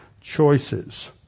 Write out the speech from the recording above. choices